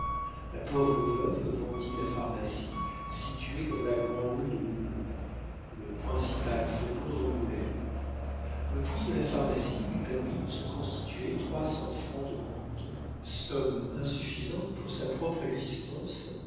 la pauvre veuve vendit la pharmacie située dans la grand'rue de l'houmeau le principal faubourg d'angoulême le prix de la pharmacie lui permit de se constituer trois cents francs de rente somme insuffisante pour sa propre existence